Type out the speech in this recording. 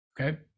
Okay